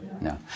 No